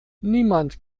niemand